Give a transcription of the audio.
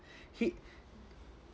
he